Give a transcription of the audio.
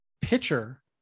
pitcher